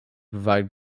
provide